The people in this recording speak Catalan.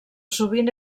sovint